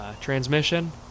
Transmission